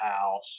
house